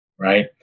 Right